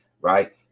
right